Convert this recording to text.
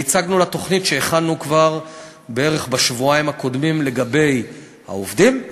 והצגנו לה תוכנית שהכנו כבר בערך בשבועיים הקודמים לגבי העובדים,